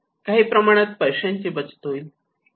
काही प्रमाणात पैशांची बचत होईल